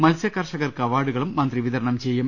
മത്സ്യ കർഷകർക്ക് അവാർഡുകളും മന്ത്രി വിതരണം ചെയ്യും